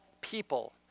people